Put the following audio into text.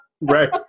right